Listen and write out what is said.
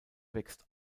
wächst